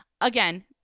Again